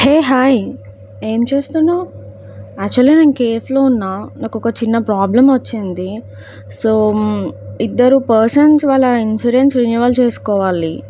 హే hi ఏం చేస్తున్నావ్ actually నేను కేఫ్లో ఉన్నాను నాకు ఒక చిన్న ప్రాబ్లం వచ్చింది సో ఇద్దరు పర్సన్స్ వాళ్ళ ఇన్సూరెన్స్ రెన్యువల్ చేసుకోవాలి